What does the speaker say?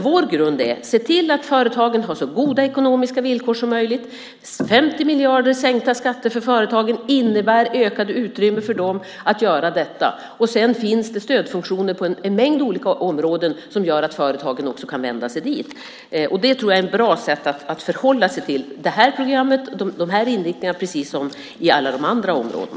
Vår grund är att se till att företagen har så goda ekonomiska villkor som möjligt. 50 miljarder i sänkta skatter för företagen innebär ökat utrymme för dem. Sedan finns stödfunktioner på en mängd olika områden som gör att företagen kan vända sig dit. Det är ett bra sätt att förhålla sig till det här programmet och de här inriktningarna precis som på alla andra områden.